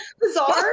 bizarre